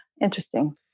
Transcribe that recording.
Interesting